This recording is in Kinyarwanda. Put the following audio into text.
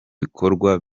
bikorwa